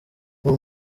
uwo